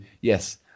yes